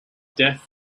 death